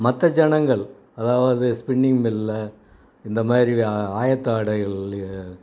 மற்ற ஜனங்கள் அதாவது ஸ்பின்னிங் மில் இந்த மாதிரி ஆயத்தாடைகள்